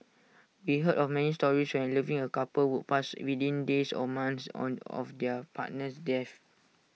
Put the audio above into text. we heard of many stories A loving A couple would pass within days or months on of their partner's death